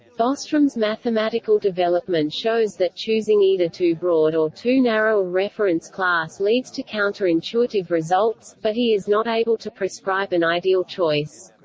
bostrom's mathematical development shows that choosing either too broad or too narrow a reference class leads to counter-intuitive results, but he is not able to prescribe an ideal choice.